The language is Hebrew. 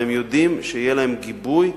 והם יודעים שיהיה להם גיבוי.